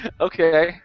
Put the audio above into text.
Okay